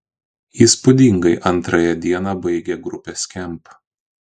įspūdingai antrąją dieną baigė grupė skamp